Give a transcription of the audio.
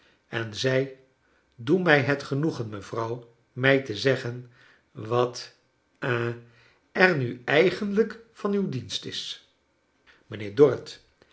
en zei doe mij het genoegen mevrouw mij te zeggen wat ha er nu eigenlijk van uw dienst is mijnheer dorrit